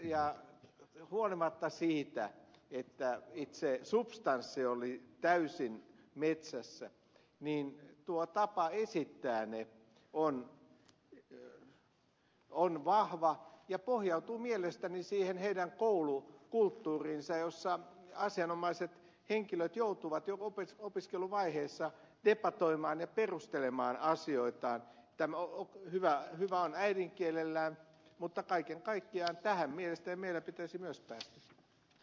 ja huolimatta siitä että itse substanssi oli täysin metsässä niin tuo tapa esittää ne on vahva ja pohjautuu mielestäni siihen heidän koulukulttuuriinsa jossa asianomaiset henkilöt joutuvat jo opiskeluvaiheessa debatoimaan ja perustelemaan asioitaan hyvä on äidinkielellään mutta kaiken kaikkiaan tähän mielestäni meidän pitäisi myös päästä